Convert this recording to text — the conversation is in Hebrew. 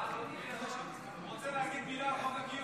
הוא רוצה להגיד מילה על חוק הגיוס,